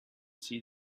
see